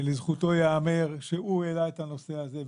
שלזכותו ייאמר שהוא העלה את הנושא הזה,